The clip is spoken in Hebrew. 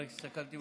רק הסתכלתי,